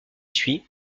suit